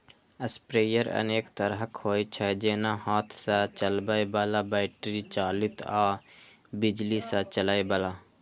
sprayer अनेक तरहक होइ छै, जेना हाथ सं चलबै बला, बैटरी चालित आ बिजली सं चलै बला